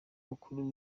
mukuru